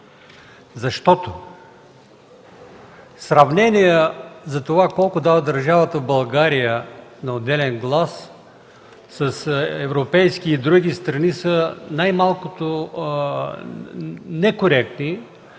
Защото сравнение за това колко дава държавата България на отделен глас с европейски и други страни са най-малкото некоректни